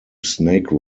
snake